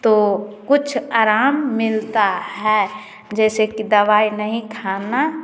तो कुछ अराम मिलता है जैसी कि दवाई नहीं खाना